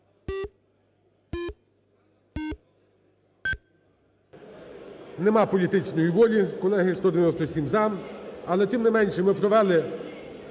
Немає політичної волі, колеги, 197 – за. Але тим не менше ми провели